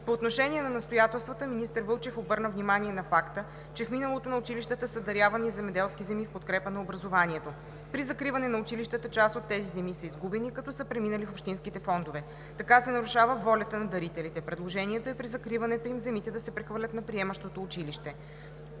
По отношение на настоятелствата министър Вълчев обърна внимание на факта, че в миналото на училищата са дарявани земеделски земи в подкрепа на образованието. При закриване на училищата част от тези земи са изгубени, като са преминавали в общинските фондове. Така се нарушава волята на дарителите. Предложението е при закриването им земите да се прехвърлят на приемащото училище.